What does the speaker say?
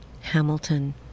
Hamilton